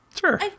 Sure